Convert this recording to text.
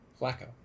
Flacco